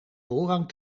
voorrang